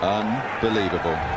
unbelievable